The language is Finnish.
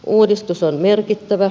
uudistus on merkittävä